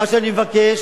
מה שאני מבקש,